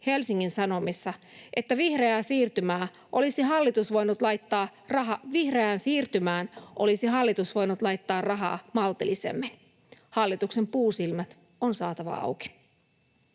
Helsingin Sanomissa, että vihreään siirtymään olisi hallitus voinut laittaa rahaa maltillisemmin. Hallituksen puusilmät on saatava auki.